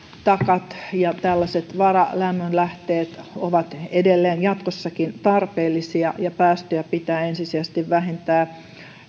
takat ja tällaiset varalämmönlähteet ovat edelleen jatkossakin tarpeellisia ja päästöjä pitää ensisijaisesti vähentää